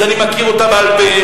אז אני מכיר אותה בעל-פה,